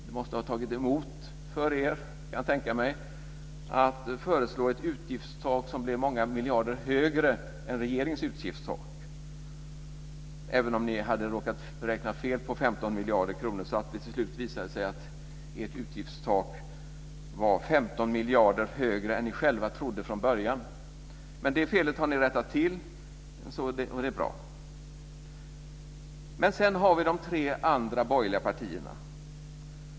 Det måste ha tagit emot för er, kan jag tänka mig, att föreslå ett utgiftstak som blir många miljarder högre än regeringens utgiftstak - även om ni hade råkat räkna fel på 15 miljarder kronor så att det till slut visade sig att ert utgiftstak var 15 miljarder högre än ni själva från början trodde. Det felet har ni alltså nu rättat till och det är bra. Sedan har vi de tre andra borgerliga partierna.